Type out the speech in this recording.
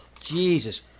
Jesus